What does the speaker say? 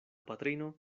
patrino